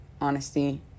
honesty